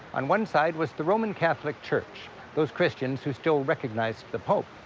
on one side was the roman catholic church those christians who still recognized the pope.